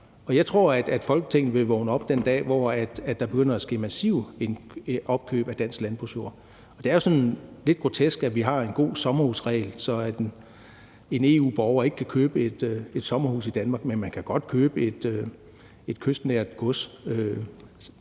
jeg tror, at Folketinget vil vågne op den dag, hvor der begynder at ske massive opkøb af dansk landbrugsjord. Det er jo sådan lidt grotesk, at vi har en god sommerhusregel, sådan at en EU-borger ikke kan købe et sommerhus i Danmark, men man kan godt købe et kystnært gods.